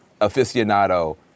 aficionado